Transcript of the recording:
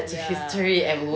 ya